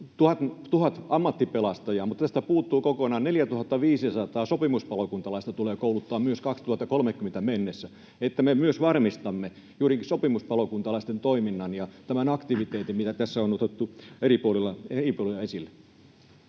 tuhat ammattipelastajaa, mutta tästä puuttuu kokonaan se, että myös 4 500 sopimuspalokuntalaista tulee kouluttaa vuoteen 2030 mennessä, niin että me myös varmistamme juurikin sopimuspalokuntalaisten toiminnan ja tämän aktiviteetin, mitä tässä on otettu eri puolilla esille.